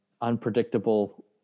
unpredictable